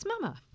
Mama